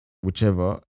whichever